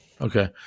Okay